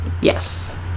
Yes